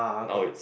now it's